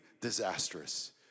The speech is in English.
disastrous